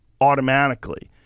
automatically